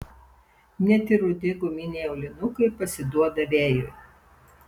net ir rudi guminiai aulinukai pasiduoda vėjui